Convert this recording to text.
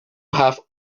have